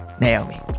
Naomi